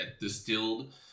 Distilled